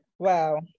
Wow